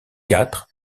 quatre